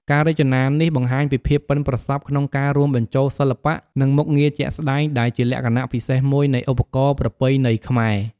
ការរចនានេះបង្ហាញពីភាពប៉ិនប្រសប់ក្នុងការរួមបញ្ចូលសិល្បៈ និងមុខងារជាក់ស្តែង ដែលជាលក្ខណៈពិសេសមួយនៃឧបករណ៍ប្រពៃណីខ្មែរ។